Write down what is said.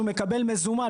שהוא מקבל מזומן,